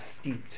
steeped